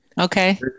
Okay